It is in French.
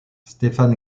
stefan